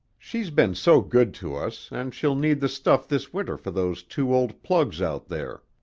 she's been so good to us, and she'll need the stuff this winter for those two old plugs out there.